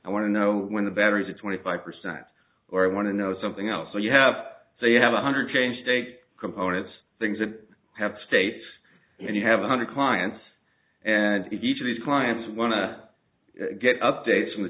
i want to know when the battery is a twenty five percent or i want to know something else so you have so you have one hundred change take components things that have states and you have one hundred clients and each of these clients want to get updates from the